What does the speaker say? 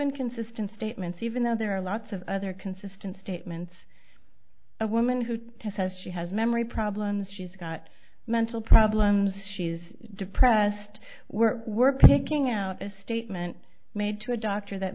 inconsistent statements even though there are lots of other consistent statements a woman who tells us she has memory problems she's got mental problems she's depressed we're we're taking out a statement made to a doctor that